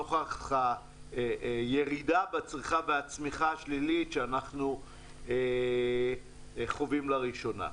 נוכח הירידה בצריכה והצמיחה השלילית שאנחנו חווים לראשונה.